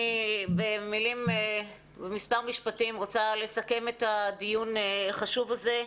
אני במספר משפטים רוצה לסכם את הדיון החשוב הזה,